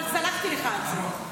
אבל סלחתי לך על זה.